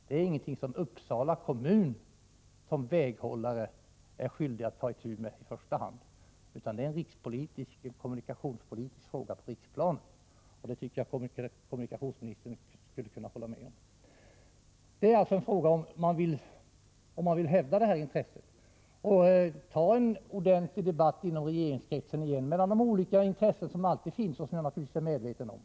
Det är ingenting som i första hand Uppsala kommun såsom väghållare är skyldig att ta itu med, utan det är en kommunikationspolitisk fråga på riksplanet. Det tycker jag att kommunikationsministern skulle kunna hålla med om. Det är alltså fråga om huruvida man vill hävda det här intresset och på nytt ta en ordentlig debatt inom regeringskretsen mellan de olika intressen som alltid finns och som jag naturligtvis är medveten om.